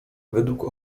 według